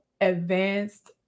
advanced